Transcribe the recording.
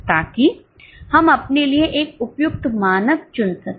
ताकि हम अपने लिए एक उपयुक्त मानक चुन सकें